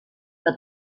que